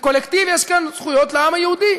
כקולקטיב יש כאן זכויות לעם היהודי,